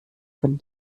von